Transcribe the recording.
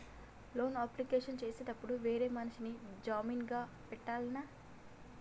Loan application చేసేటప్పుడు వేరే మనిషిని జామీన్ గా పెట్టాల్నా?